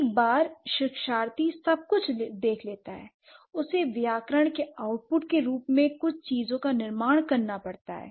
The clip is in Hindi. एक बार शिक्षार्थी सब कुछ देख लेता है उसे व्याकरण के आउटपुट के रूप में कुछ चीजों का निर्माण करना पड़ता है